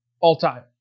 all-time